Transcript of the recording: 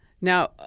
Now